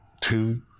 two